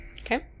Okay